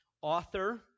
author